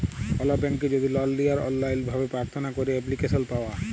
call ব্যাংকে যদি loan লিয়ার অললাইল ভাবে পার্থনা ক্যইরে এপ্লিক্যাসল পাউয়া